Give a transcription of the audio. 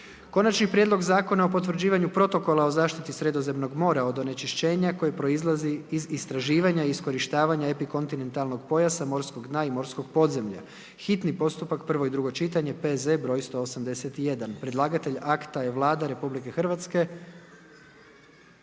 Konačni prijedloga Zakona o potvrđivanju Protokola o zaštiti Sredozemnog mora od onečišćenja koje proizlazi iz istraživanja i iskorištavanja epikontinentalnog pojasa, morskog dna i morskog podzemlja, hitni postupak, prvo i drugo čitanje, P.Z.E. br. 181. Predlagatelj akta je Vlada RH. Rasprava